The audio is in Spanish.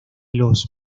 los